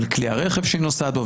ועל כלי הרכב שהיא נוסעת בו,